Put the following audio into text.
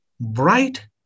bright